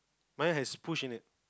mine has push in it